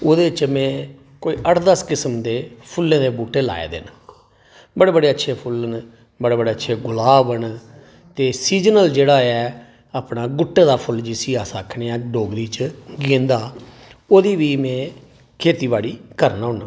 ओह्दे च में कोई अट्ठ दस किस्म दे फुल्लें दे बूह्टे लाए दे न बड़े बड़े अच्छे फुल्ल न बड़े बड़े अच्छे गुलाब न ते सीजनल जेह्ड़ा ऐ अपनै गुट्टे दा फुल्ल जिसी अस आक्खने आं डोगरी च लग्गी जंदा ओह्दी बी में खेतीबाड़ी करना होन्नां